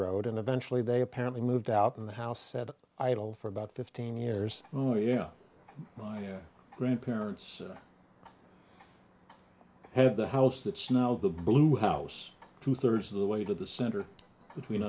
road and eventually they apparently moved out of the house said idle for about fifteen years oh yeah my grandparents i have the house that's now the blue house two thirds of the way to the center between